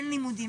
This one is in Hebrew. אין לימודים,